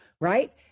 right